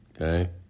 okay